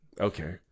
Okay